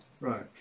Right